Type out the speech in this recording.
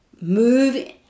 move